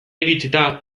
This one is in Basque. iritsita